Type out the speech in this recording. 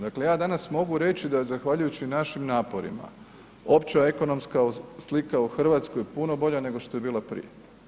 Dakle, ja danas mogu reći da zahvaljujući našim naporima, opća ekonomska slika u Hrvatskoj je puno bolja nego što je bila prije.